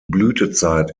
blütezeit